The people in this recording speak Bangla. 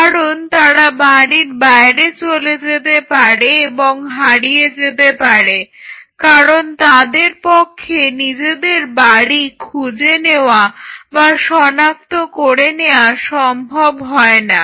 কারণ তারা বাড়ির বাইরে চলে যেতে পারে এবং হারিয়ে যেতে পারে কারণ তাদের পক্ষে নিজেদের বাড়ি খুঁজে নেওয়া বা শনাক্ত করে নেওয়া সম্ভব হয়না